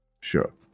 Sure